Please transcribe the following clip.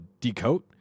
decode